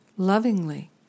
lovingly